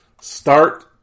Start